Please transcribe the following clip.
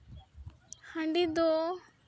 ᱦᱟᱺᱰᱤ ᱫᱚ